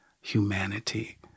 humanity